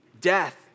death